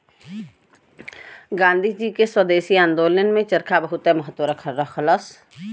गांधी जी के स्वदेशी आन्दोलन में चरखा बहुते महत्व रहल